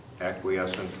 acquiescent